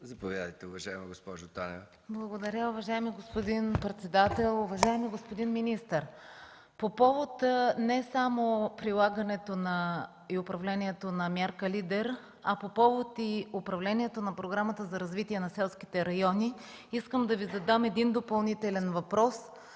въпроса. ДЕСИСЛАВА ТАНЕВА (ГЕРБ): Благодаря, уважаеми господин председател. Уважаеми господин министър, по повод не само прилагането и управлението на мярка „Лидер”, а по повод и управлението на Програмата за развитие на селските райони, искам да Ви задам един допълнителен въпрос.